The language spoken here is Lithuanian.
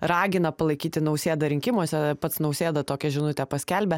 ragina palaikyti nausėdą rinkimuose pats nausėda tokią žinutę paskelbė